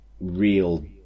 real